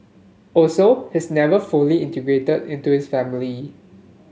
also he's never fully integrated into his family